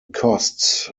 costs